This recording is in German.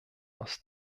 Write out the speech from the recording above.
aus